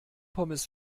pommes